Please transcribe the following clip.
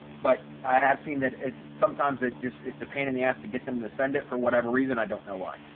but i have seen that it's sometimes it just it's a pain in the ass to get them to send it for whatever reason, i don't know why.